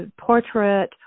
portrait